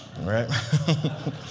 Right